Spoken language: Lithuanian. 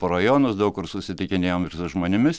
po rajonus daug kur susitikinėjom ir su žmonėmis